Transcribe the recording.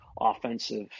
offensive